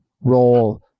role